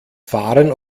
fahren